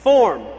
Form